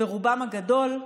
ברובם הגדול,